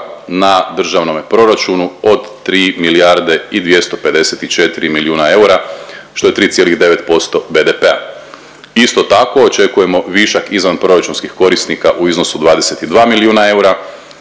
na državnome proračunu od 3 milijarde i 254 milijuna eura što je 3,9% BDP-a. Isto tako, očekujemo višak izvanproračunskih korisnika u iznosu 22 milijuna eura